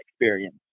experience